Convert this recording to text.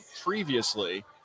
previously